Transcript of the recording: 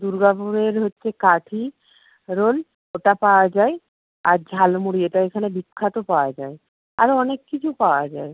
দুর্গাপুরের হচ্ছে কাঠি রোল ওটা পাওয়া যায় আর ঝালমুড়ি এটা এখানে বিখ্যাত পাওয়া যায় আরও অনেক কিছু পাওয়া যায়